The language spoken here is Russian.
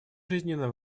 жизненно